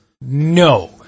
No